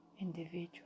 individual